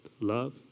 love